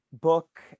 book